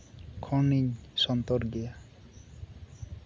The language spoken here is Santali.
ᱠᱷᱚᱱᱤᱧ ᱥᱚᱱᱛᱚᱨ ᱜᱮᱭᱟ